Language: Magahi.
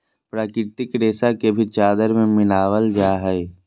प्राकृतिक रेशा के भी चादर में मिलाबल जा हइ